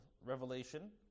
revelation